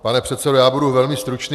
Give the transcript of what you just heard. Pane předsedo, já budu velmi stručný.